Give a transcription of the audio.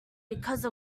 because